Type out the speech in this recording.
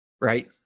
Right